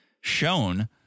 shown